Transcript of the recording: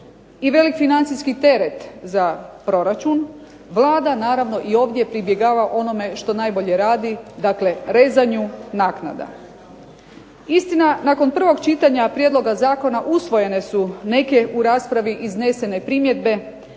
i velik financijski teret za proračun Vlada naravno i ovdje pribjegava onome što najbolje radi, dakle rezanju naknada. Istina nakon prvog čitanja prijedloga zakona usvojene su neke u raspravi iznesene primjedbe,